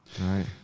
right